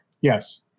Yes